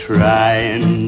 Trying